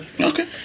Okay